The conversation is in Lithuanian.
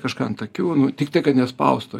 kažką ant akių nu tik tiek kad nespaustų